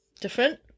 different